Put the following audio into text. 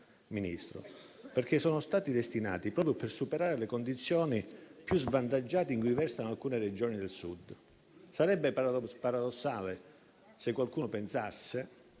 Ministro, perché sono stati destinati proprio per superare le condizioni più svantaggiate in cui versano alcune Regioni del Sud. Sarebbe paradossale se qualcuno pensasse